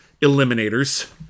Eliminators